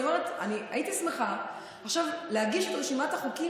אני אומרת שהייתי שמחה להגיש את רשימת החוקים